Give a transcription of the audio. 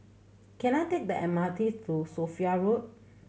can I take the M R T to Sophia Road